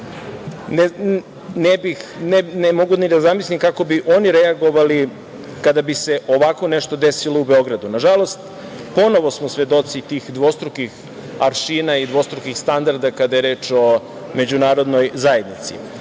ne mogu ni da zamislim kako bi oni reagovali kada bi se ovako nešto desilo u Beogradu. Nažalost, ponovo smo svedoci tih dvostrukih aršina i dvostrukih standarda kada je reč o međunarodnoj zajednici. Osuđujući